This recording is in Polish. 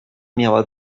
miała